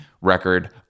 record